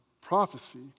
prophecy